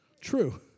true